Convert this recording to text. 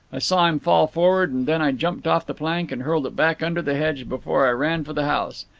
i saw him fall forward, and then i jumped off the plank and hurled it back under the hedge before i ran for the house.